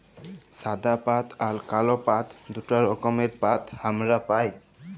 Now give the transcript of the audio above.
সাদা পাট আর কাল পাট দুটা রকমের পাট হামরা পাই